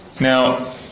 now